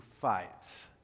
fights